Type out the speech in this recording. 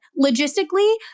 logistically